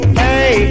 hey